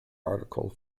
article